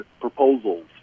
proposals